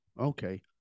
okay